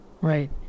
right